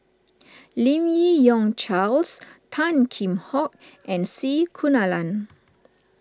Lim Yi Yong Charles Tan Kheam Hock and C Kunalan